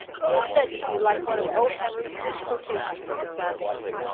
he is said to be like one of o. henry's misquotations of the classics.